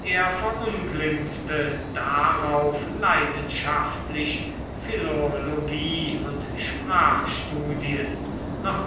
er verunglimpfte darauf leidenschaftlich philologie und sprachstudien noch